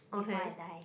before I die